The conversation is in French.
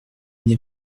n’y